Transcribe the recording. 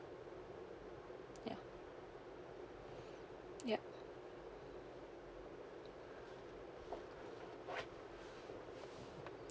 ya yup